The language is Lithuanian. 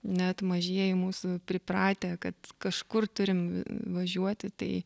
net mažieji mūsų pripratę kad kažkur turim važiuoti tai